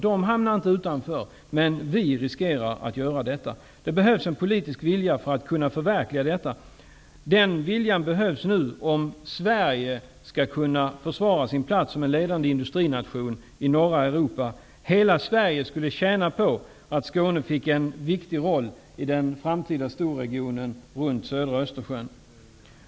De hamnar inte utanför, men vi riskerar att göra det. Det behövs en politisk vilja för att kunna förverkliga detta. Den viljan behövs nu om Sverige skall kunna försvara sin plats som ledande industrination i norra Europa. Hela Sverige skulle tjäna på att Skåne fick en viktig roll i den framtida storregionen runt södra Östersjön.